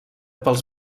pels